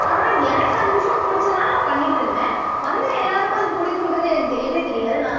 ஆனால் எனக்கு அந்த விஷயம் பிடிச்சனால நான் பண்ணிட்டு இருந்தேன் வந்த எல்லாருக்கும் அது பிடிக்குன்றது எனக்கு தெரியவே தெரியாது நான்